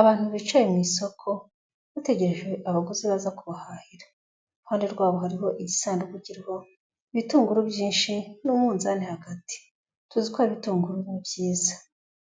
Abantu bicaye mu isoko bategereje abaguzi baza kubahahira, iruhande rwabo hariho igisanduku kiriho ibitunguru byinshi, n'umunzani hagati, tuzi ko rero ibitunguru ari byiza,